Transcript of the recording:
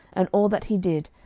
and all that he did,